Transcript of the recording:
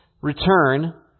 return